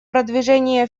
продвижение